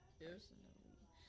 personally